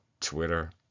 Twitter